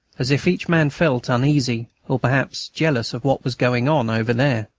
as if each man felt uneasy or perhaps jealous of what was going on over there.